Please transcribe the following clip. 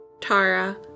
Tara